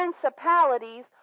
principalities